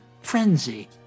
frenzy